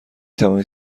توانید